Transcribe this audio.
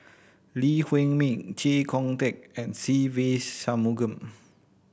Lee Huei Min Chee Kong Tet and Se Ve Shanmugam